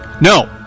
No